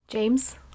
James